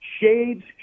shades